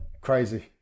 crazy